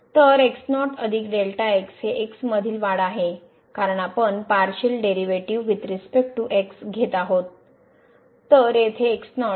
तर x0 Δx हे x मधील वाढ आहे कारण आपण partial derivative with respect to x घेत आहोत